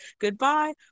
Goodbye